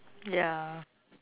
ya